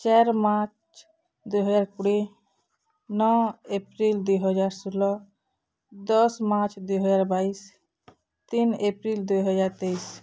ଚାରି ମାର୍ଚ୍ଚ ଦୁଇ ହଜାର କୁଡ଼ିଏ ନଅ ଏପ୍ରିଲ୍ ଦୁଇହଜାର ଷୁହୁଲ ଦଶ୍ ମାର୍ଚ୍ଚ ଦୁଇହଜାର ବାଇଶ୍ ତିନ୍ ଏପ୍ରିଲ ଦୁଇହଜାର ତେଇଶ୍